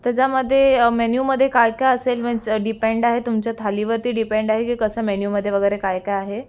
त्याच्यामध्ये मेन्यू मध्ये काय काय असेल मीन्स डिपेंड आहे तुमच्या थालीवरती डिपेंड आहे की कसं मेन्यूमध्ये वगैरे काय काय आहे